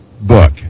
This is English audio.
book